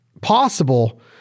possible